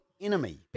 enemy